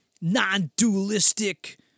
non-dualistic